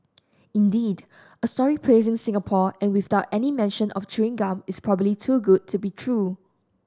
indeed a story praising Singapore and without any mention of chewing gum is probably too good to be true